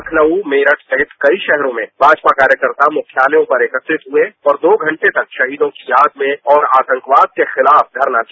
लखनऊ मेरठ सहित कई शहरों में भाजपा कार्यकर्ता मुख्यालयों पर एकत्रित हुए और दो घंटे तक शहीदों की याद में और आतंकवाद के खिलाफ धरना दिया